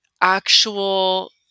actual